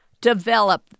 develop